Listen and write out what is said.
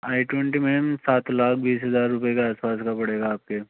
आई twenty मेम सात लाख बीस हज़ार रुपए का आस पास पड़ेगा आपके